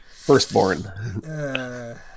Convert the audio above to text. Firstborn